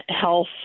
health